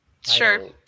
Sure